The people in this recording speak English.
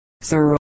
Sir